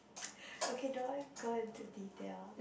okay don't want go into detail